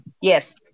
yes